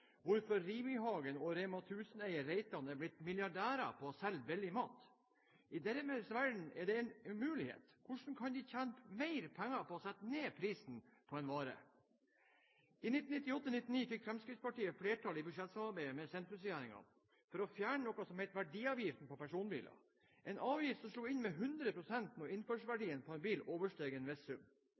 hvorfor Rimi-Hagen og REMA 1000-eier Reitan er blitt milliardærer på å selge billig mat. I deres verden er dette en umulighet – hvordan kan de tjene mer penger på å sette ned prisen på en vare? I 1998–1999 fikk Fremskrittspartiet flertall i budsjettsamarbeidet med sentrumsregjeringen for å fjerne noe som het verdiavgiften på personbiler, en avgift som slo inn med 100 pst. når innførselsverdien på en bil